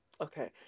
okay